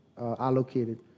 allocated